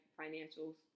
financials